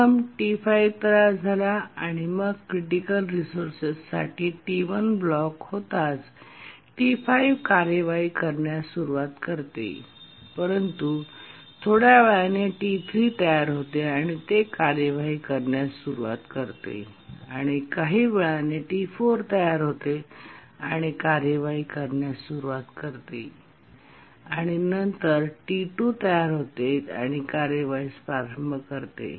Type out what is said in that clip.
प्रथम T5 तयार झाला आणि मग क्रिटिकल रिसोर्सेससाठी T1 ब्लॉक होताच T5 कार्यवाही करण्यास सुरवात करते परंतु थोड्या वेळाने T3 तयार होते आणि ते कार्यवाही करण्यास सुरवात करते आणि काही वेळाने T4 तयार होते आणि कार्यवाही करण्यास सुरवात करते आणि नंतर T2 तयार होते आणि कार्यवाहीस प्रारंभ करते